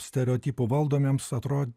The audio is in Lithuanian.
stereotipų valdomiems atrodė